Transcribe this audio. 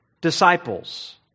disciples